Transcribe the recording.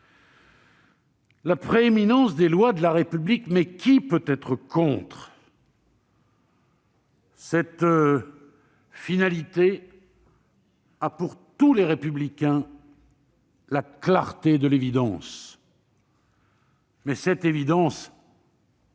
La prééminence des lois de la République, mais qui peut être contre ? Cette finalité a, pour tous les républicains, la clarté de l'évidence. Néanmoins, cette évidence,